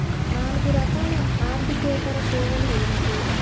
నాలుగు రకాల ఆర్థికేతర సేవలు ఏమిటీ?